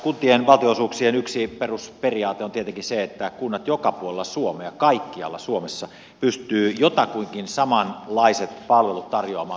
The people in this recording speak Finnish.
kuntien valtionosuuksien yksi perusperiaate on tietenkin se että kunnat joka puolella suomea kaikkialla suomessa pystyvät jotakuinkin samanlaiset palvelut tarjoamaan kuntalaisille